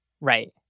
right